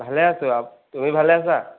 ভালে আছোঁ আৰু তুমি ভালে আছা